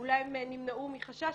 אולי הן נמנעו מחשש.